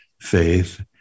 faith